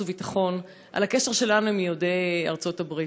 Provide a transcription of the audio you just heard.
והביטחון על הקשר שלנו עם יהודי ארצות הברית,